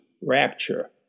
rapture